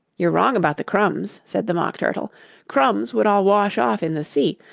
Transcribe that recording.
you're wrong about the crumbs said the mock turtle crumbs would all wash off in the sea.